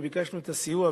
וביקשנו את הסיוע,